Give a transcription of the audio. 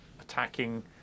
attacking